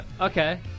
Okay